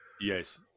Yes